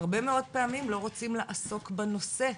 הרבה מאוד פעמים לא רוצים לעסוק בנושא,